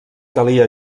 calia